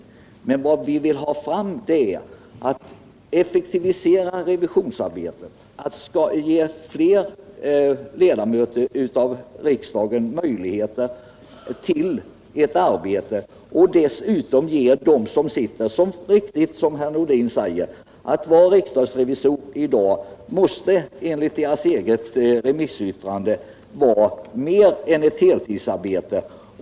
Vad vi önskar är en effektivisering av revisionsarbetet. Vi menar att fler ledamöter av riksdagen skall få möjligheter att delta i detta arbete. Det är riktigt, som herr Nordin säger, att uppgiften att vara riksdagsrevisor i dag — och det framgår av riksdagsrevisorernas eget remissyttrande — måste vara mer än ett heltidsarbete.